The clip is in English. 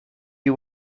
you